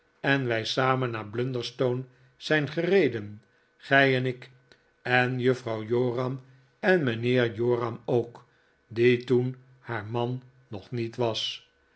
en wij samen naar blunderstone zijn gereden gij en ik en juffrouw joram en mijnheer joram ook die toen haar man nog niet was